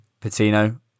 Patino